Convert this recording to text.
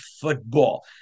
football